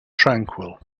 tranquil